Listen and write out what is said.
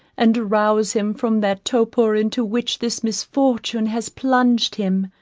and rouse him from that torpor into which this misfortune has plunged him.